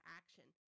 action